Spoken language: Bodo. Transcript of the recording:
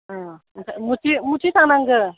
अ मबेथिं थांनांगौ